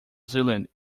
zealand